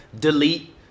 delete